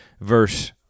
verse